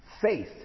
Faith